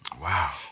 Wow